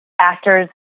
actors